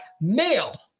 male